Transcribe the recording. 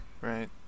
right